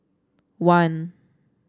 one